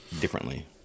differently